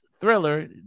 thriller